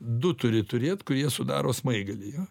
du turi turėt kurie sudaro smaigalį